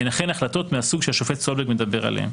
הן אכן החלטות מהסוג שהשופט סולברג מדבר עליהן.